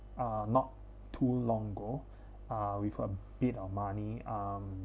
uh not too long ago uh with a bit of money um